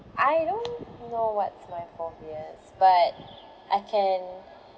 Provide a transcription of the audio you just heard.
I don't know what's my phobias but I can